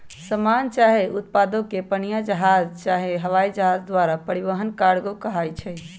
समान चाहे उत्पादों के पनीया जहाज चाहे हवाइ जहाज द्वारा परिवहन कार्गो कहाई छइ